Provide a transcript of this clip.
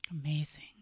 Amazing